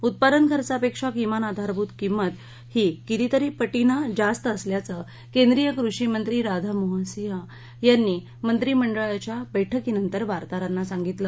उत्पादनखर्चपिक्षा किमान आधारभूत किंमत ही कितीतरी पटीनं जास्त असल्याचं केंद्रीय कृषी मंत्री राधामोहन सिंग यांनी मंत्रीमंडळाच्या बैठकीनंतर वार्ताहरांना सांगितलं